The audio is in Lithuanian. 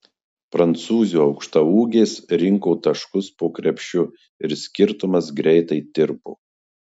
prancūzių aukštaūgės rinko taškus po krepšiu ir skirtumas greitai tirpo